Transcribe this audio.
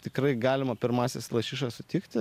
tikrai galima pirmąsias lašišas sutikti